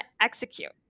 execute